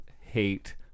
hate